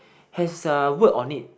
has a word on it